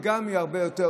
וגם זה יהיה הרבה יותר